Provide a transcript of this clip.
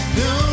no